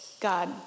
God